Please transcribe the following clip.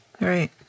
Right